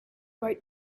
boat